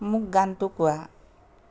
মোক গানটো কোৱা